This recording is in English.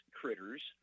critters